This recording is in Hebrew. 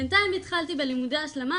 בינתיים התחלתי בלימודי השלמה,